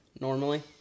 normally